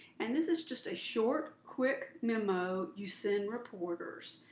and this is just a short, quick memo you send reporters